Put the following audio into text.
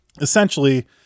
Essentially